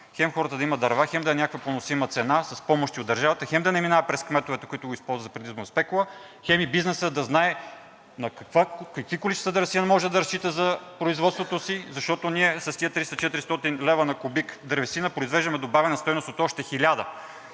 хем хората да имат дърва, хем да е някаква поносима цена, с помощи от държавата, хем да не минава през кметовете, които ги използват за предизборна спекула, хем и бизнесът да знае на какви количества дървесина може да разчита за производството си. С тези 300 – 400 лв. на кубик дървесина ние произвеждаме добавена стойност от още 1000